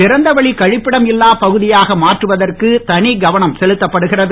திறந்தவெளி கழிப்பிடம் இல்லா பகுதியாக மாற்றுவதற்கு தனி கவனம் செலுத்தப்படுகிறது